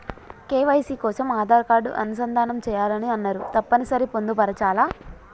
KYC కోసం Aadhaar card అనుసంధానం చేయాలని అన్నరు తప్పని సరి పొందుపరచాలా?